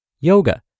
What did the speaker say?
yoga